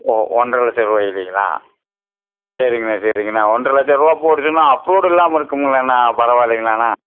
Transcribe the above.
ஓ ஒன்றரை லட்சருபாயிலீங்களா சரிங்கண்ணா சரிங்கண்ணா ஒன்றரை லட்சருபா போட்டுட்டுன்னால் அப்ரூவுட் இல்லாமல் இருக்குதுங்களேண்ணா பரவாயில்லைங்களாண்ணா